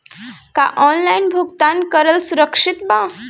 का ऑनलाइन भुगतान करल सुरक्षित बा?